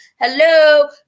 Hello